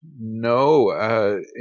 No